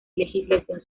legislación